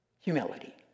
Humility